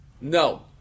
No